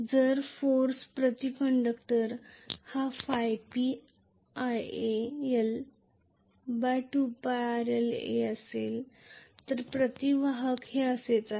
तर फोर्स प्रति conductor P 2rl Ia a l प्रति वाहक हे असेच आहे